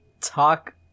talk